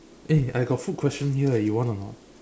eh I got food questions here eh you want or not